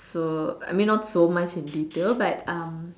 so I mean not so much in detail but um